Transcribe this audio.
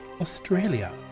Australia